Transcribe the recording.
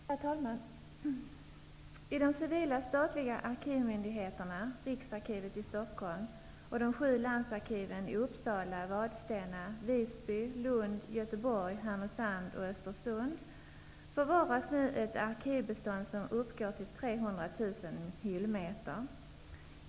Herr talman! I de civila, statliga arkivmyndigheterna -- Riksarkivet i Stockholm och de sju landsarkiven i Uppsala, Vadstena, Visby, förvaras nu ett arkivbestånd som uppgår till 300 000 hyllmeter.